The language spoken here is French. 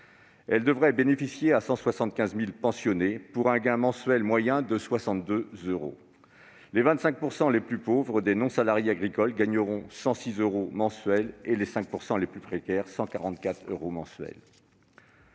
Cela devrait bénéficier à 175 000 pensionnés pour un gain mensuel moyen de 62 euros. Les 25 % les plus pauvres des non-salariés agricoles obtiendront un gain de 106 euros mensuels et les 5 % les plus précaires de 144 euros mensuels.